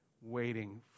waiting